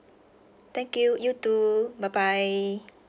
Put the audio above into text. thank you you too bye bye